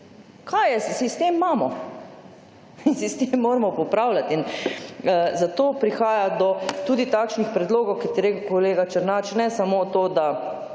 Kaj je, saj sistem imamo. Sistem moramo popravljati in zato prihaja tudi do takšnih predlogov, kot je rekel kolega Černač, ne samo to, da,